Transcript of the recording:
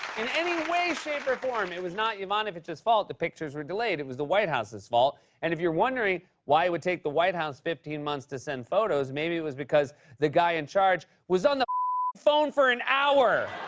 in any way, shape, or form, it was not yovanovitch's fault the pictures were delayed. it was the white house's fault. and if you're wondering why it would take the white house fifteen months to send photos, maybe it was because the guy in charge was on the phone for an hour!